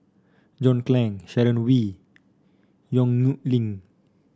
John Clang Sharon Wee Yong Nyuk Lin